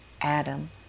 Adam